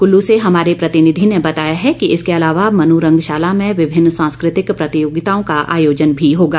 कुल्लू से हमारे प्रतिनिधि ने बताया है कि इसके अलावा मनुरंगशाला में विभिन्न सांस्कृतिक प्रतियोगिताओं का आयोजन भी होगा